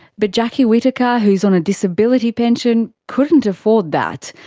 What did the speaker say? but jacki whittaker, who's on a disability pension, couldn't afford that.